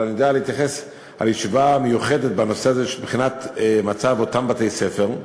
אבל אני יודע להתייחס לישיבה מיוחדת לבחינת המצב של אותם בתי-הספר,